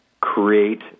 create